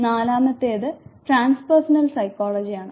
നാലാമത്തേത് transpersonal psychology ആണ്